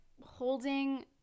holding